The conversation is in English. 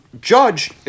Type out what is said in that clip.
Judge